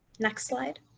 next slide.